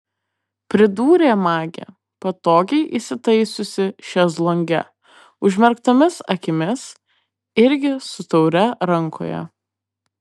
pridūrė magė patogiai įsitaisiusi šezlonge užmerktomis akimis irgi su taure rankoje